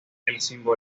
embargo